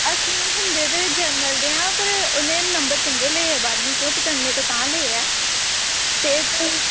ਅਸੀਂ ਹੁੰਦੇ ਤਾਂ ਜਨਰਲ ਦੇ ਹਾਂ ਪਰ ਉਹਨੇ ਨੰਬਰ ਚੰਗੇ ਲਏ ਆ ਬਾਰਵੀਂ 'ਚੋਂ ਪਚਾਨਵੇਂ ਤੋਂ ਉਤਾਂਹ ਲਏ ਹੈ ਅਤੇ ਕੋਈ